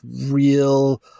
real